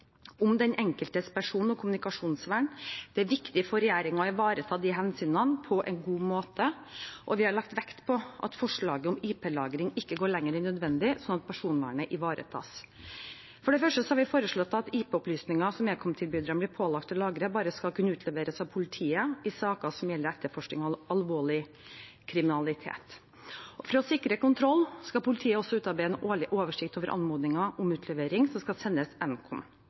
om den enkeltes person- og kommunikasjonsvern. Det er viktig for regjeringen å ivareta disse hensynene på en god måte. Vi har lagt vekt på at forslaget om IP-lagring ikke går lenger enn nødvendig, slik at personvernet ivaretas. For det første har vi foreslått at IP-opplysninger som ekomtilbyderne blir pålagt å lagre, bare skal kunne utleveres til politiet i saker som gjelder etterforskning av alvorlig kriminalitet. For å sikre kontroll skal politiet også utarbeide en årlig oversikt over anmodninger om utlevering, som skal sendes Nkom.